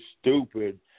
stupid